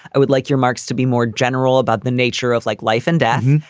i would like your marks to be more general about the nature of like life and death.